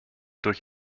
durch